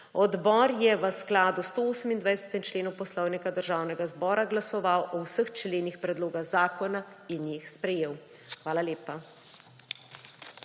Odbor je v skladu s 128. členom Poslovnika Državnega zbora glasoval o vseh členih predloga zakona in jih sprejel. Hvala lepa.